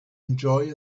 enjoy